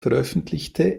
veröffentlichte